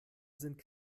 sind